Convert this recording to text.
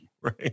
Right